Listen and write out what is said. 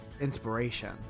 inspiration